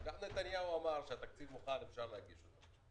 נתניהו אמר שהתקציב מוכן ואפשר להגיש אותו.